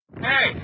Hey